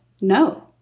No